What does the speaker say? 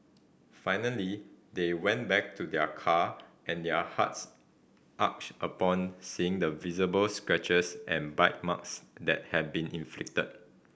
finally they went back to their car and their hearts arch upon seeing the visible scratches and bite marks that had been inflicted